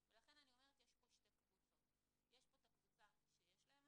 לכן אני אומרת שיש פה שתי קבוצות: יש פה